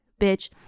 Bitch